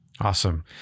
Awesome